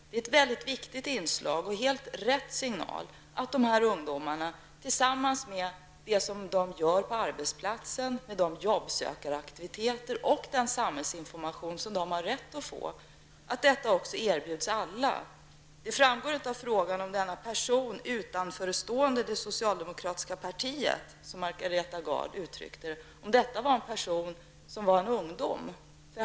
Det är ett väldigt viktigt inslag och helt rätt signaler att dessa ungdomar erbjuds denna information, tillsammans med det de skall göra på arbetsplatsen, med arbetssökningsaktiviteter och den samhällsinformation som de har rätt att få. Det framgår inte av frågan om denna person, utanförstående det socialdemokratiska partiet, som Margareta Gard uttryckte det, var en ungdom.